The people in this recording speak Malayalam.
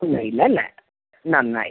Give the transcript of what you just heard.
ഒന്നും ഇല്ലല്ലേ നന്നായി